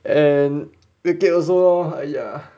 and weekiat also lor !aiya!